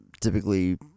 typically